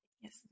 Yes